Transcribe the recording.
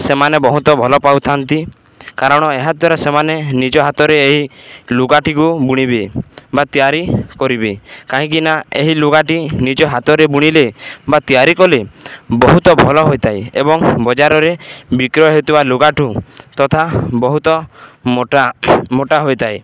ସେମାନେ ବହୁତ ଭଲ ପାଉଥାନ୍ତି କାରଣ ଏହାଦ୍ୱାରା ସେମାନେ ନିଜ ହାତରେ ଏହି ଲୁଗାଟିକୁ ବୁଣିବେ ବା ତିଆରି କରିବେ କାହିଁକିନା ଏହି ଲୁଗାଟି ନିଜ ହାତରେ ବୁଣିଲେ ବା ତିଆରି କଲେ ବହୁତ ଭଲ ହୋଇଥାଏ ଏବଂ ବଜାରରେ ବିକ୍ରୟ ହେଉଥିବା ଲୁଗାଠୁ ତଥା ବହୁତ ମୋଟା ମୋଟା ହୋଇଥାଏ